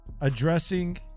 addressing